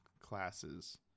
classes